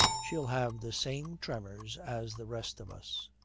she'll have the same tremors as the rest of us.